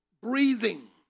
breathing